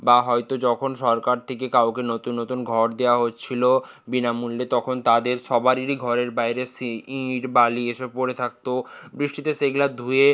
বা হয়তো যখন সরকার থেকে কাউকে নতুন নতুন ঘর দেওয়া হচ্ছিল বিনামূল্যে তখন তাদের সবারেরই ঘরের বাইরে সেই ইট বালি এসব পড়ে থাকত বৃষ্টিতে সেগুলো ধুয়ে